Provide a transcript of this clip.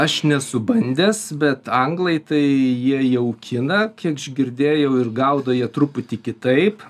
aš nesu bandęs bet anglai tai jie jaukina kiek ž girdėjau ir gaudo jie truputį kitaip